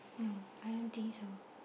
no I don't think so